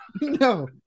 No